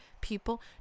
people